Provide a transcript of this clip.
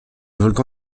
volcan